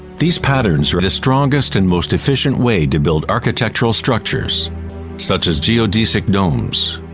these patterns are the strongest and most efficient way to build architectural structures such as geodesic domes.